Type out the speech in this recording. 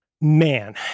Man